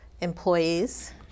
employees